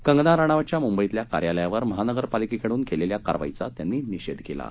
कंगना राणावतच्या मुंबईतल्या कार्यालयावर महानगरपालिकेकडून करण्यात आलेल्या कारवाईचा त्यांनी निषेध केला आहे